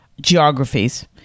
geographies